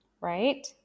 right